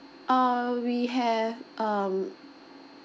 err we have um